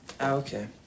Okay